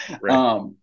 Right